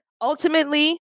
Ultimately